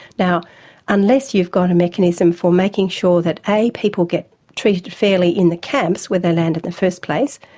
now unless you've got a mechanism for making sure that a people get treated fairly in the camps, where they land in the first place,